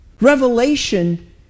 Revelation